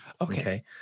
Okay